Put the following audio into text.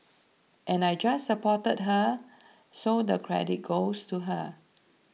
and I just supported her so the credit goes to her